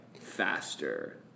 faster